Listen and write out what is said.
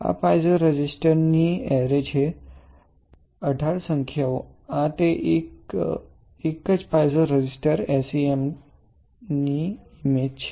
આ piezo resistors ની array છે 18 સંખ્યાઓ આ તે એક જ પાઇઝો રેઝિસ્ટર SEMની ઇમેજ છે